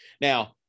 now